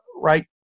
right